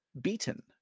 beaten